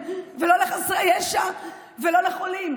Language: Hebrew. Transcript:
ולא לחסרי ישע ולא לחולים.